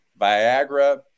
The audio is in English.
Viagra